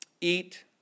eat